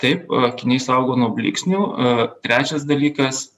taip akiniai saugo nuo blyksnių a trečias dalykas